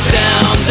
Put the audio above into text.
down